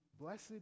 blessed